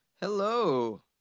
Hello